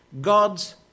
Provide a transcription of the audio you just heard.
God's